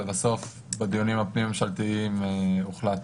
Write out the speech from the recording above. לבסוף, בדיונים הפנים ממשלתיים, הוחלט.